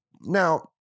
Now